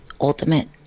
ultimate